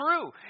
true